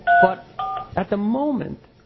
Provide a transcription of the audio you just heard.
but at the moment,